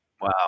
Wow